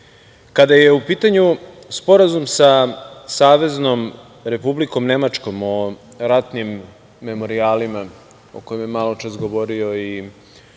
je u pitanju Sporazum sa Saveznom Republikom Nemačkom o ratnim memorijalima o kojima je maločas govorio i